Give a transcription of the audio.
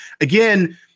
Again